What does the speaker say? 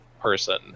person